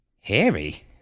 Harry